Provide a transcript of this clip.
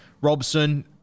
Robson